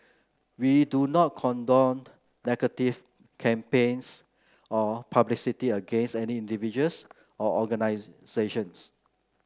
we do not condone negative campaigns or publicity against any individuals or organisations